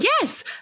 Yes